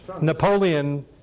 Napoleon